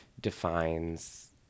defines